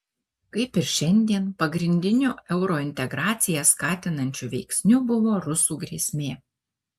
kaip ir šiandien pagrindiniu eurointegraciją skatinančiu veiksniu buvo rusų grėsmė